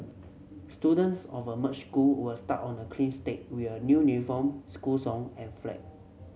students of a merged school were start on a clean slate we a new school song and flag